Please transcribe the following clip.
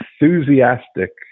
enthusiastic